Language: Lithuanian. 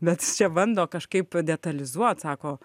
bet jis čia bando kažkaip detalizuot sako